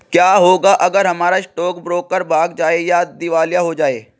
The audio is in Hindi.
क्या होगा अगर हमारा स्टॉक ब्रोकर भाग जाए या दिवालिया हो जाये?